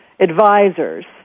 advisors